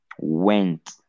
went